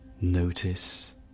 Notice